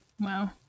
Wow